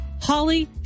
Holly